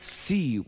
see